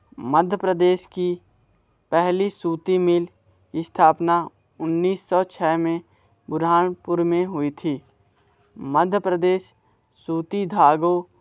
मध्य प्रदेश की पहली सूती मील स्थापना उन्नीस सौ चाह में बुरहानपुर में हुई थी मध्य प्रदेश सूती धागों